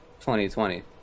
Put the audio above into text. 2020